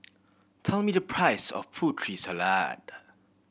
tell me the price of Putri Salad